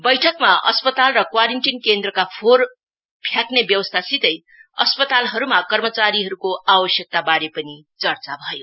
बैठकमा अस्पताल र क्वारिन्टिन केन्द्रका फोहोर फ्याँक्रे व्यवस्थासितै अस्पतालहरूमा कर्मचारीहरूको आवश्यताबारे पनि चर्चा भयो